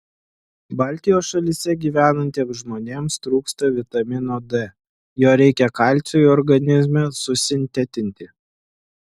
baltijos šalyse gyvenantiems žmonėms trūksta vitamino d jo reikia kalciui organizme susintetinti